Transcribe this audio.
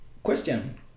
Question